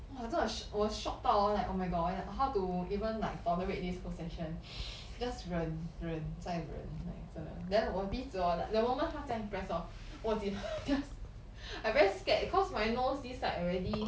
哇真的 sh~ 我我 shocked 到 orh like oh my god how to even like tolerate this procession just 忍忍再忍 like 真的 then 我鼻子 orh the moment 她这样一 press orh oh 你 just I very scared because my nose this side already